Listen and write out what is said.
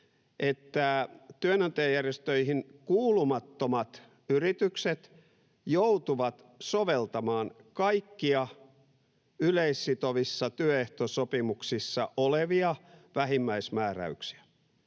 että työnantajajärjestöihin kuulumattomat yritykset joutuvat soveltamaan kaikkia yleissitovissa työehtosopimuksissa olevia vähimmäismääräyksiä